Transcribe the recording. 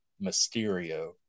Mysterio